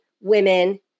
women